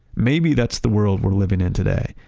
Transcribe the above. maybe that's the world we're living in today,